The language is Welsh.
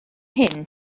hyn